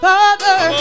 Father